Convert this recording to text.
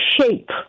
shape